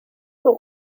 rue